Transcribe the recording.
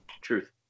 Truth